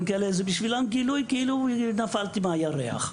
כאלה בשבילם זה גילוי כאילו נפלתי מהירח.